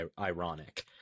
ironic